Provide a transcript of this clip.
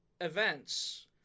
events